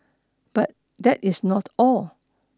but that is not all